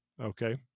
Okay